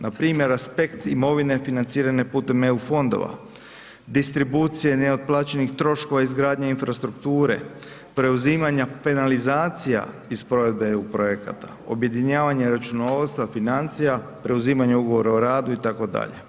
Npr. aspekti imovine financirane putem Eu fondova, distribucije neotplaćenih troškova izgradnje infrastrukture, preuzimanja penalizacija iz provedbe EU projekata, objedinjavanje računovodstva, financija, preuzimanje ugovora o radu itd.